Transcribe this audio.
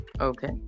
Okay